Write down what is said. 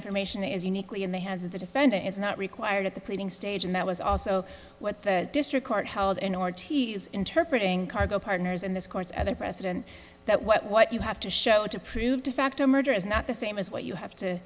information is uniquely in the hands of the defendant it's not required at the pleading stage and that was also what the district court held in ortiz interpretating cargo partners in this course at a precedent that what what you have to show to prove to fact a merger is not the same as what you have to